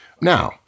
Now